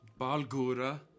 Balgura